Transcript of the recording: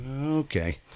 Okay